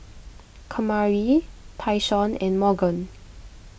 Kamari Tyshawn and Morgan